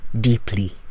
deeply